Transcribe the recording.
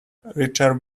richard